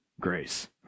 grace